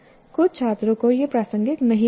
कुछ छात्रों को यह प्रासंगिक नहीं लगता